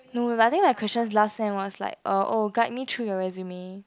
no I think my question last sem was like oh guide me through your resume